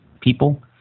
people